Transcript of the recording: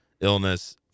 illness